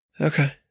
Okay